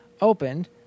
opened